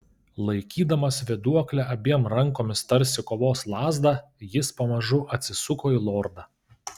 laikydamas vėduoklę abiem rankomis tarsi kovos lazdą jis pamažu atsisuko į lordą